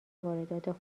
واردات